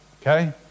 Okay